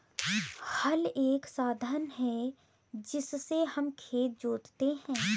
हल एक साधन है जिससे हम खेत जोतते है